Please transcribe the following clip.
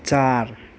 चार